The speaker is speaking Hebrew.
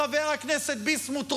חבר הכנסת ביסמוט,